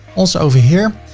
also over here,